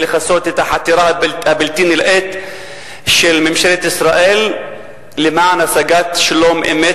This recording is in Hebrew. את החתירה הבלתי-נלאית של ממשלת ישראל למען השגת שלום אמת